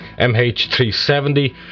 MH370